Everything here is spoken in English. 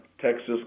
Texas